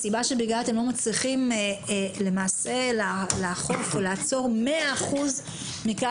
הסיבה שבגללה אתם לא מצליחים למעשה לאכוף או לעצור 100% מכלל